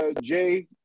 Jay